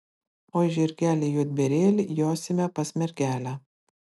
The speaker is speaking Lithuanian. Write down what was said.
oi žirgeli juodbėrėli josime pas mergelę